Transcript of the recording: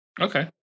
Okay